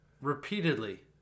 repeatedly